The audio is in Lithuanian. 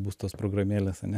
bus tos programėlės ane